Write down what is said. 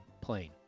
plane